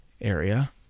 Area